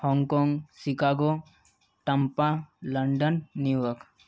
Hong Kong Chicago ডাম্পা London New York